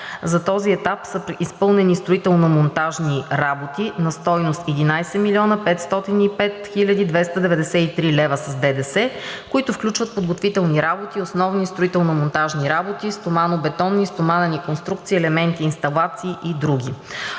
За този етап са изпълнени строително-монтажни работи на стойност 11 млн. 505 хил. 293 лв. с ДДС, които включват подготвителни работи, основни строително-монтажни работи, стоманобетонни и стоманени конструкции и елементи, инсталации и други.